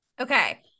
Okay